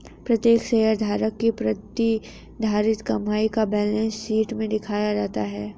प्रत्येक शेयरधारक की प्रतिधारित कमाई को बैलेंस शीट में दिखाया जाता है